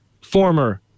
former